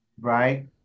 right